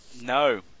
No